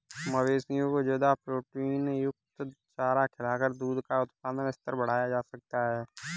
मवेशियों को ज्यादा प्रोटीनयुक्त चारा खिलाकर दूध का उत्पादन स्तर बढ़ाया जा सकता है